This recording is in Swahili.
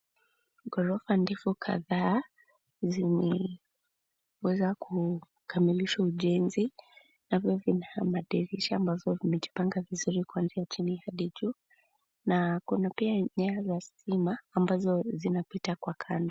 Ghorofa ndefu kadhaa zimeweza kukamilishwa ujenzi navyo vina madirisha ambavyo vimejipanga vizuri kuanzia chini hadi juu na kuna pia nyaya za stima ambazo zinapita kwa kando.